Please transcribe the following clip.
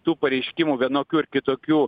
tų pareiškimų vienokių ar kitokių